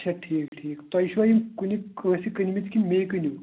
اَچھا ٹھیٖک ٹھیٖک تۄہہِ چھُوا یِم کُنہِ کٲنٛسہِ کٕنۍ مٕتۍ کِنہٕ میٚے کٕنِو